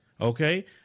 okay